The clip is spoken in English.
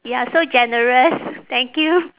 you are so generous thank you